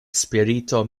spirito